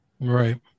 Right